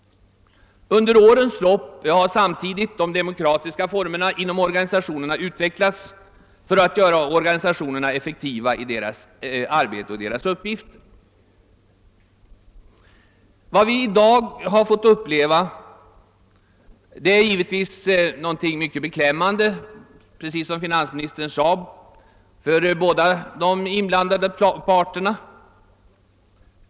Under årens lopp har samtidigt de demokratiska formerna inom organisationerna utvecklats för att göra organisationerna effektiva i deras arbete. Vad vi i dagarna fått uppleva är något mycket beklämmande — precis som finansministern sade — för båda de inblandade parterna.